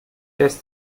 das